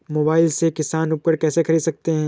Mobile से किसान उपकरण कैसे ख़रीद सकते है?